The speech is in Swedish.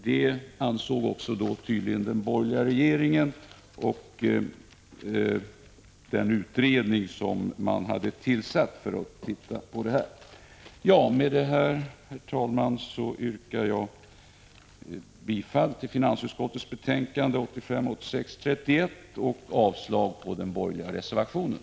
Det ansåg tydligen också den borgerliga regeringen och den utredning som tillsattes. Med detta, herr talman, yrkar jag bifall till finansutskottets hemställan i betänkande 1985/86:31 och avslag på den borgerliga reservationen.